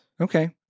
Okay